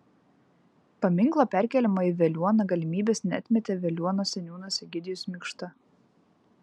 paminklo perkėlimo į veliuoną galimybės neatmetė veliuonos seniūnas egidijus mikšta